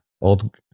old